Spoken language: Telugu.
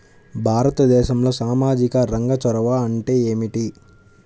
భారతదేశంలో సామాజిక రంగ చొరవ ఏమిటి?